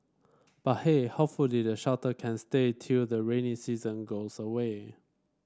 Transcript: but hey hopefully the shelter can stay till the rainy season goes away